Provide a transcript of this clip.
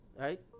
right